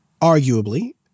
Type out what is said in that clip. arguably